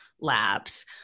labs